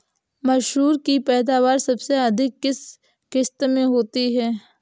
मसूर की पैदावार सबसे अधिक किस किश्त में होती है?